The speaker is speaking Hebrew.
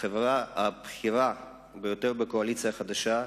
החברה הבכירה בקואליציה החדשה,